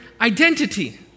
identity